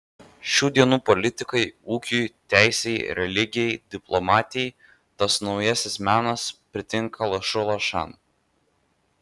šių dienų politikai ūkiui teisei religijai diplomatijai tas naujasis menas pritinka lašu lašan